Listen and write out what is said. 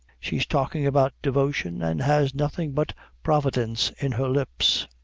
she's talking about devotion and has nothing but providence in her lips.